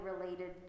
related